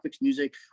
music